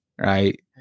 Right